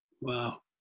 Wow